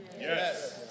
Yes